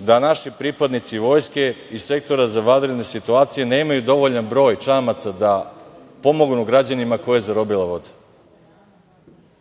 da naši pripadnici vojske iz Sektora za vanredne situacije nemaju dovoljan broj čamaca da pomognu građanima koje je zarobila voda.